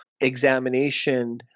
examination